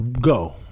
go